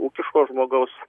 ūkiško žmogaus